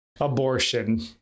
abortion